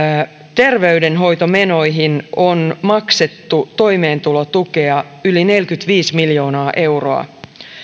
terveydenhoitomenoihin on maksettu toimeentulotukea yli neljäkymmentäviisi miljoonaa euroa